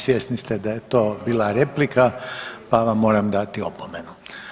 Svjesni ste da je to bila replika pa vam moram dati opomenu.